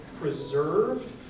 preserved